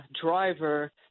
driver